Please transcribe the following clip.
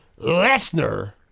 Lesnar